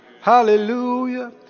Hallelujah